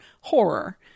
horror